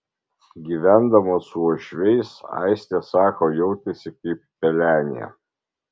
gyvendama su uošviais aistė sako jautėsi kaip pelenė